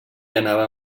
anava